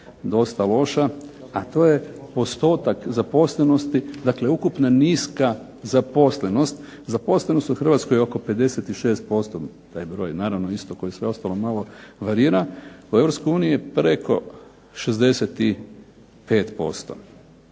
dosta loša, a to je postotak zaposlenosti, dakle ukupna niska zaposlenost. Zaposlenost u Hrvatskoj je oko 56%. Taj broj naravno isto kao i sve ostalo malo varira. U EU je preko 65%.